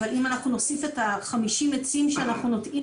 אבל אם נוסיף את ה-50 עצים שאנחנו נוטעים